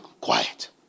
Quiet